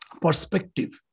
perspective